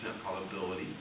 probability